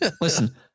Listen